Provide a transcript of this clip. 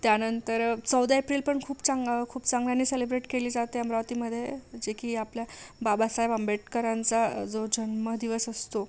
त्यानंतर चौदा एप्रिल पण खूप चांग खूप चांगल्याने सेलेब्रेट केली जाते अमरावतीमध्ये जे की आपले बाबासाहेब आंबेडकरांचा जो जन्मदिवस असतो